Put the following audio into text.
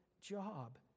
job